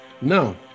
No